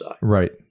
Right